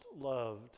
loved